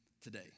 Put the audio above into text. today